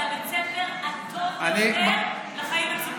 זה בית הספר הטוב ביותר לחיים הציבוריים.